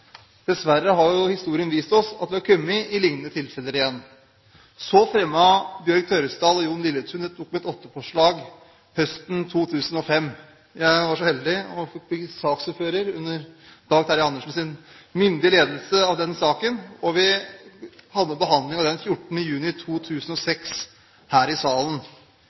Så fremmet Bjørg Tørresdal og Jon Lilletun et Dokument nr. 8-forslag høsten 2005. Jeg var så heldig å være saksordfører under Dag Terje Andersens myndige ledelse av komiteen. Vi behandlet saken 14. juni 2006 her i salen.